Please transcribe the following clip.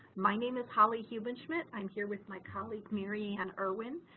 my name is holly hubenschmidt, i'm here with my colleague mary anne erwin.